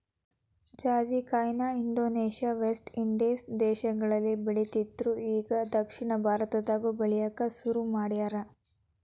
ಜಾಜಿಕಾಯಿನ Indonesia, West Indies ದೇಶಗಳಲ್ಲಿ ಬೆಳಿತ್ತಿದ್ರು ಇಗಾ ದಕ್ಷಿಣ ಭಾರತದಾಗು ಬೆಳ್ಯಾಕ ಸುರು ಮಾಡ್ಯಾರ